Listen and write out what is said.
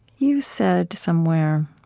you said somewhere,